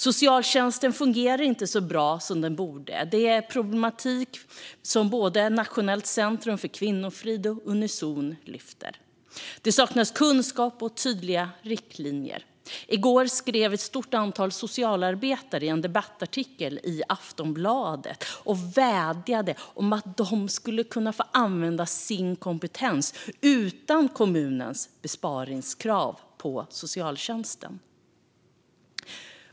Socialtjänsten fungerar inte så bra som den borde. Det är en problematik som både Nationellt centrum för kvinnofrid och Unizon lyfter fram. Det saknas kunskap och tydliga riktlinjer. I går skrev ett stort antal socialarbetare en debattartikel i Aftonbladet och vädjade om att få använda sin kompetens utan kommunens besparingskrav på socialtjänsten.